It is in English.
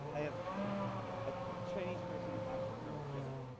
i have a chinese person from from philly.